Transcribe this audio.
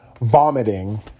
Vomiting